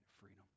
freedom